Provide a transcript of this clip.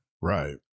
Right